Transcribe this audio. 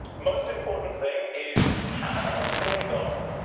most important thing is have a clear goal.